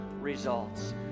results